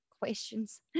questions